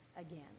again